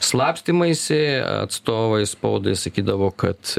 slapstymaisi atstovai spaudai sakydavo kad